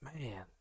man